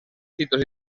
títols